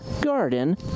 garden